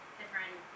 different